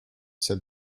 said